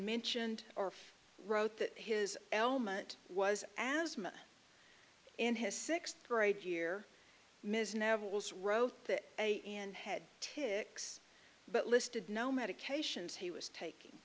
mentioned or wrote that his element was as much in his sixth grade year ms nevels wrote that a and had tics but listed no medications he was taking